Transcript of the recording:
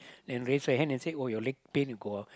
and raise your hand and say oh your leg pain you go out